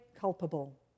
culpable